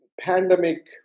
pandemic